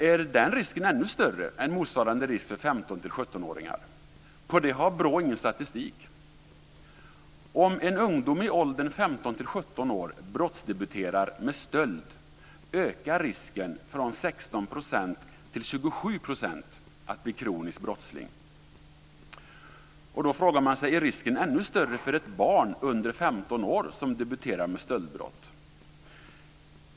Är den risken ännu större än motsvarande risk för 15-17-åringar? På det har BRÅ ingen statistik. Om en ungdom i åldern 15-17 år brottsdebuterar med stöld ökar risken från 16 % till 27 % att bli kronisk brottsling. Man frågar sig om risken är ännu större för ett barn under 15 år som debuterar med stöldbrott.